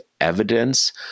evidence